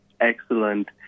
excellent